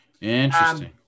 Interesting